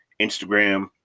Instagram